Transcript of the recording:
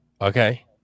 Okay